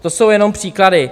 To jsou jenom příklady.